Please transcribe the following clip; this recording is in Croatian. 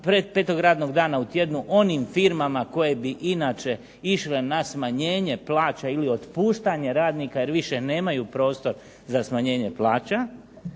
tjedna, petog radnog dana u tjednu onim firmama koje bi inače išle na smanjenje plaća ili otpuštanje radnika jer više nemaju prostor za smanjenje plaća.